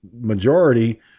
majority